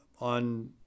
on